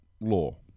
law